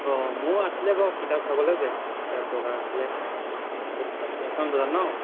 অঁ মোৰ আছিলে বাৰু কিতাপ চাবলৈ কিতাপ দৰকাৰ হৈছিলে সেইখন বজাৰত ন